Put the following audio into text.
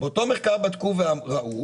באותו מחקר בדקו וראו